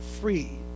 free